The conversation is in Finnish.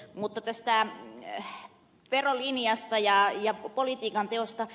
mutta tästä verolinjasta ja politiikanteosta